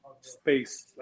space